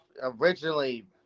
originally